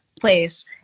place